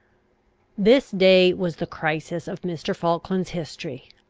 this day was the crisis of mr. falkland's history.